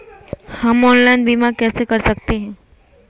हम ऑनलाइन बीमा कैसे कर सकते हैं?